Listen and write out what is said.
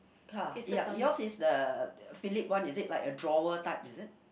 uh ya yours is the Philips one is it like a drawer type is it